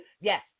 Yes